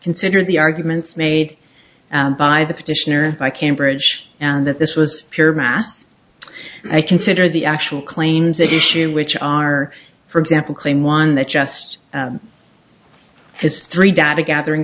consider the arguments made by the petitioner by cambridge and that this was pure math i consider the actual claims issue which are for example claim one that just has three data gathering